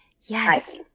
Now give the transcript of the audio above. Yes